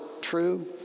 true